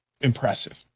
Impressive